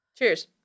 cheers